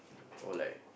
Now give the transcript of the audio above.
all like